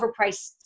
overpriced